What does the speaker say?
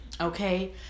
Okay